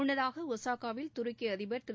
முன்னதாக ஒசாகாவில் துருக்கி அதிபர் திரு